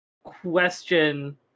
question